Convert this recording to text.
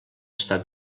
està